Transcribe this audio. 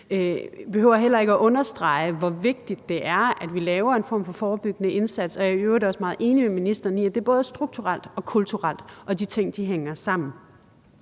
Jeg behøver heller ikke at understrege, hvor vigtigt det er, at vi laver en form for forebyggende indsats. Jeg er i øvrigt også meget enig med ministeren i, at det både er strukturelt og kulturelt, og at de ting hænger sammen.